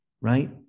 right